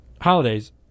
holidays